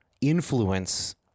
influence